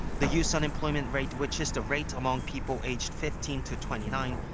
the youth unemployment rate. which is the rate among people aged fifteen to twenty nine.